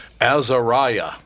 Azariah